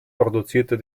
produzierte